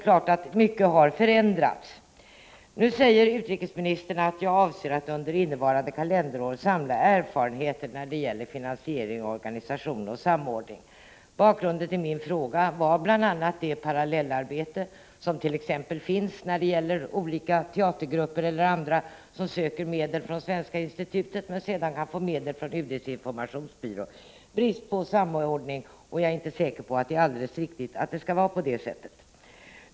Utrikesministern sade vidare: ”Jag avser att under innevarande kalenderår samla erfarenheter när det gäller finansiering, organisation och samordning —-—--.” Bakgrunden till min fråga var bl.a. det parallellarbete som sker t.ex. när det gäller olika teatergrupper eller andra som söker medel från Svenska institutet men sedan kan få medel från UD:s informationsbyrå. Det är brist på samordning, och jag är inte säker på att det är alldeles riktigt att det skall vara på det sättet.